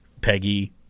Peggy